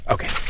Okay